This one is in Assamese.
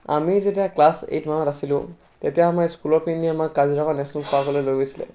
আমি যেতিয়া ক্লাছ এইট মানত আছিলোঁ তেতিয়া আমাৰ স্কুলৰ পিনি আমাক কাজিৰঙা নেশ্যনেল পাৰ্কলৈ লৈ গৈছিলে